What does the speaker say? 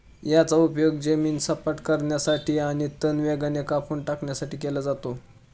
याचा उपयोग जमीन सपाट करण्यासाठी आणि तण वेगाने काढून टाकण्यासाठी केला जातो